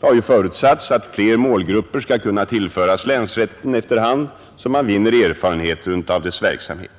Det har förutsatts att flera målgrupper skall kunna tillföras länsrätten efter hand som man vinner erfarenheter av dess verksamhet.